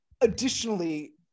additionally